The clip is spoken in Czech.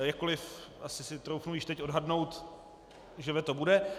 Jakkoliv asi si troufnu již teď odhadnout, že veto bude.